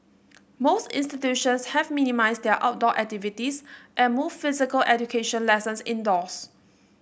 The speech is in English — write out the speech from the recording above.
most institutions have minimised their outdoor activities and moved physical education lessons indoors